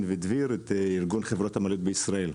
ודביר את ארגון חברות המעליות בישראל.